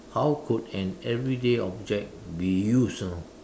how could an everyday object be used you know